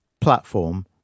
platform